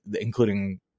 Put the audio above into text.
including